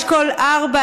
אשכול 4,